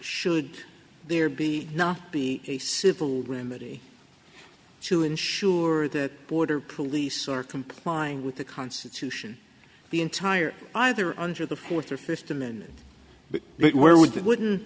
should there be not be a civil remedy to ensure that border police are complying with the constitution the entire either under the fourth or fifth amendment but where would that would